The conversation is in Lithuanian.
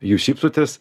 jūs šypsotės